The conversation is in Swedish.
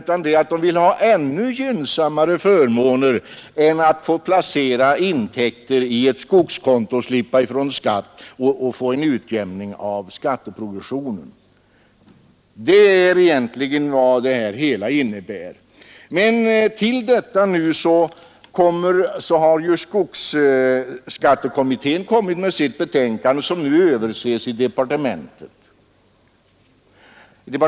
Vad de vill ha är ännu gynnsammare förmåner än att få placera intäkter på skogskonto och slippa ifrån skatt därigenom att det blir en utjämning av progressionen. Till detta kommer att skogsskattekommittén avlämnat sitt betänkande, som nu överses i departementet.